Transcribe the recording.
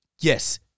yes